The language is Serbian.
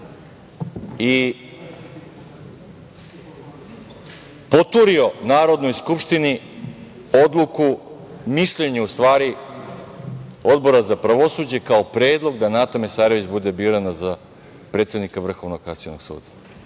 i poturio Narodnoj skupštini odluku, u stvari mišljenje Odbora za pravosuđe kao predlog da Nata Mesarović bude birana za predsednika Vrhovnog kasacionog suda,